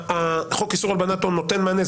חוק איסור הלבנת הון נותן מענה,